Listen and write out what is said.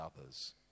others